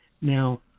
Now